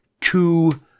two